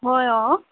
হয় অঁ